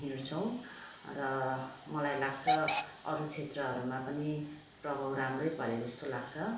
हिँड्छौँ र मलाई लाग्छ अरू क्षेत्रहरूमा पनि प्रभाव राम्रै परे जस्तो लाग्छ